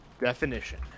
Definition